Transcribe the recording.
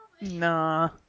Nah